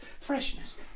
freshness